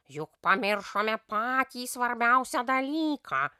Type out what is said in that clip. juk pamiršome patį svarbiausią dalyką